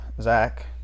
Zach